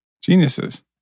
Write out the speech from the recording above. Geniuses